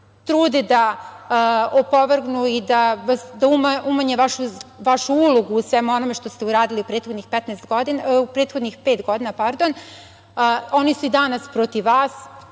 trude da opovrgnu i da umanje vašu ulogu u svemu onome što ste uradili u prethodnih pet godina, oni su i danas protiv vas,